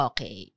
Okay